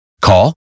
Call